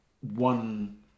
one